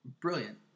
Brilliant